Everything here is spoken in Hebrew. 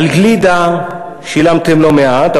על גלידה שילמתם לא מעט,